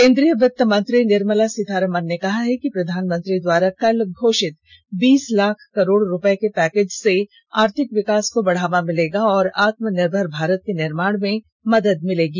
केंद्रीय वित्त मंत्री निर्मला सीतारामन ने कहा है कि प्रधानमंत्री द्वारा कल घोषित बीस लाख करोड़ रुपये के पैकेज से आर्थिक विकास को बढ़ावा मिलेगा और आत्मनिर्भर भारत के निर्माण में मदद मिलेगी